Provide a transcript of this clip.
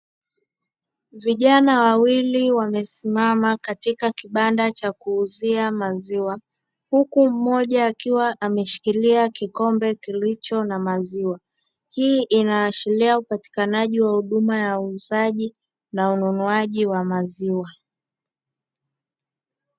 Vijana wawili wamesimama katika kibanda cha kuuzia maziwa, huku mmoja akiwa ameshikilia kikombe kilicho na maziwa. Hii inaashiria upatikanaji wa huduma ya uuzaji na ununuaji wa maziwa.